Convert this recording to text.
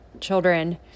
children